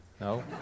No